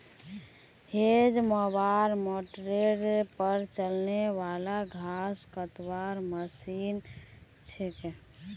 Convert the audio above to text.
hedge mower मोटरेर पर चलने वाला घास कतवार मशीन छिके